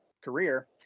career